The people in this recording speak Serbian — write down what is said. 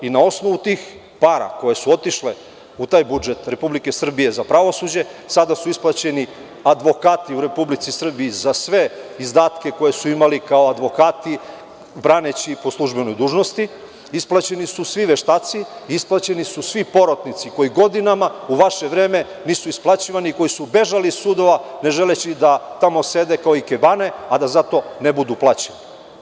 Na osnovu tih para koje su otišle u budžet Republike Srbije za pravosuđe sada su isplaćeni advokati u Republici Srbiji za sve izdatke koje su imali kao advokati braneći po službenoj dužnosti, isplaćeni su svi veštaci, svi porotnici koji u vaše vreme nisu isplaćivani, koji su bežali iz sudova ne želeći da tamo sede kao ikebane i da za to ne budu plaćeni.